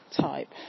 type